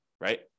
right